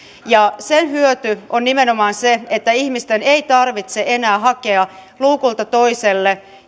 ja sen hyöty on nimenomaan se että ihmisten ei tarvitse enää hakea luukulta toiselle